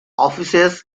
offices